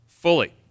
fully